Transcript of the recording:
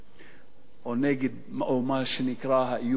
או נגד, או מה שנקרא "האיום האירני".